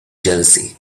jealousy